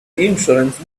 insurance